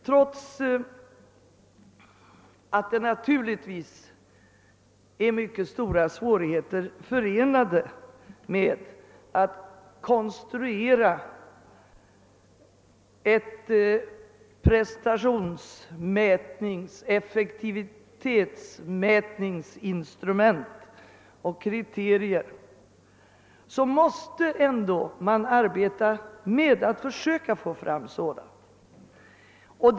Trots att det naturligtvis är mycket stora svårigheter förenade med att konstruera effektivitetsmätningsinstrument och effektivitetskriterier, måste man ändå arbeta på att försöka få fram sådana.